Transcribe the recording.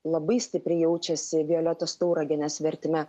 labai stipriai jaučiasi violetos tauragienės vertime